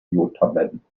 jodtabletten